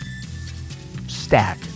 stack